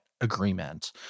Agreement